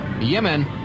Yemen